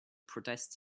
protest